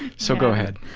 so, go ahead.